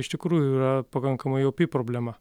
iš tikrųjų yra pakankamai opi problema